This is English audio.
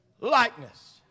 likeness